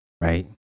Right